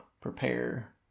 prepare